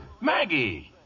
Maggie